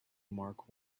mark